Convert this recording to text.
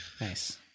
Nice